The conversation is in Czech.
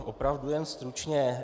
Opravdu jen stručně.